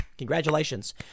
Congratulations